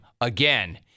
again